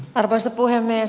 arvoisa puhemies